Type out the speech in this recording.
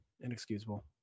Inexcusable